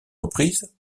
reprises